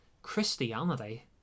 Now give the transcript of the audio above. Christianity